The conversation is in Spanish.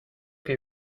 que